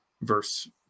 verse